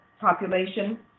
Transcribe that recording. population